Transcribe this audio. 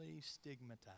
stigmatized